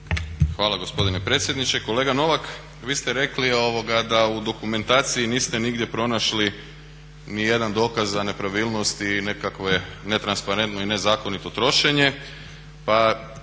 Hvala gospodine predsjedniče. Kolega Novak, vi ste rekli da u dokumentaciji niste nigdje pronašli nijedan dokaz nepravilnosti i nekakve netransparentno i nezakonito trošenje,